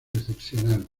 excepcional